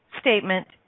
statement